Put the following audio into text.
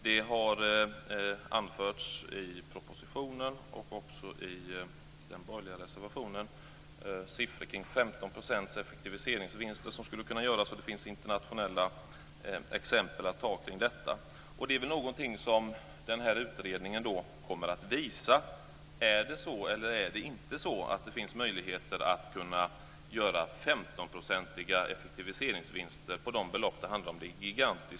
Det har i propositionen och även i den borgerliga reservationen anförts uppgifter om att det skulle kunna göras cirka femtonprocentiga effektivitetsvinster, och det finns internationella exempel att peka på i det sammanhanget. Den här utredningen kommer väl att visa om det finns möjligheter att göra 15-procentiga effektivitetsvinster på de belopp som det handlar om eller inte.